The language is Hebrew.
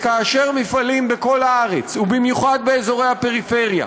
וכאשר מפעלים בכל הארץ, ובמיוחד באזורי הפריפריה,